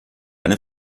eine